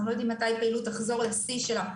אנחנו לא יודעים מתי הפעילות תחזור לשיא שלה,